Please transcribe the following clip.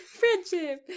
friendship